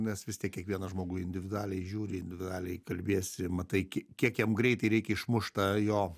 nes vis tiek kiekvieną žmogų individualiai žiūri individualiai kalbiesi matai kiek jam greitai reikia išmušt tą jo